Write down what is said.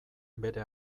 bere